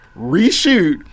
reshoot